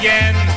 Again